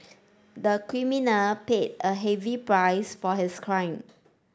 the criminal paid a heavy price for his crime